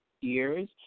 years